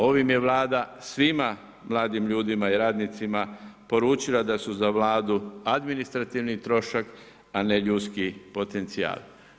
Ovim je Vlada svima mladim ljudima i radnicima poručila da su za Vladu administrativni trošak, a ne ljudski potencijal.